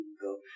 go